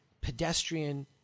pedestrian